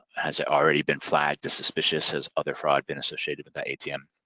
has it already been flagged as suspicious? has other fraud been associated with that atm?